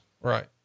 Right